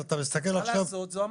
מה לעשות, זו המציאות.